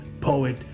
poet